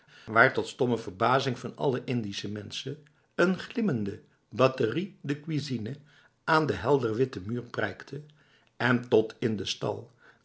waar tot stomme verbazing van alle indische mensen een glimmende batterie de cuisine aan de helderwitte muur prijkte en tot in de stal